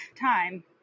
time